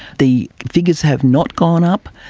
the figures have not gone up.